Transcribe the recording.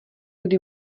kdy